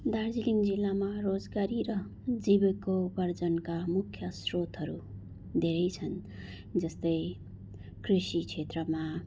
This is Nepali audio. दार्जिलिङ जिल्लामा रोजगारी र जिविकोपार्जनका मुख्य स्रोतहरू धेरै छन् जस्तै कृषि क्षेत्रमा